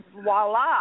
Voila